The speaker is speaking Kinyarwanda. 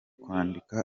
kwandika